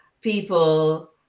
people